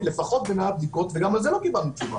לפחות ב-100 בדיקות וגם על זה לא קיבלנו תשובה.